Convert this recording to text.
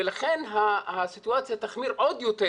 לכן הסיטואציה תחמיר עוד יותר